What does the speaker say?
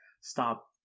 stop